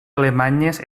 alemanyes